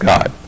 God